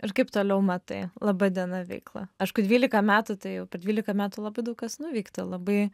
ir kaip toliau matai laba diena veiklą aišku dvylika metų tai jau per dvylika metų labai daug kas nuveikta labai